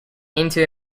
into